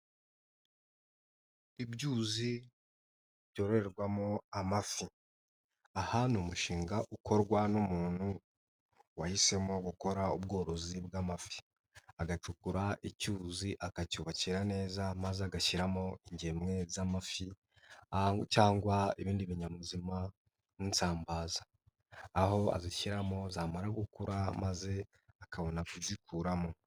Ibyuzi byororerwamo amafi. aha ni umushinga ukorwa n'umuntu wahisemo gukora ubworozi bw'amafi. agacukura icyuzi akacyubakira neza maze agashyiramo ingemwe z'amafi cyangwa ibindi binyabuzima n'isambaza, aho azishyiramo zamara gukura maze akabona kuzikuramo.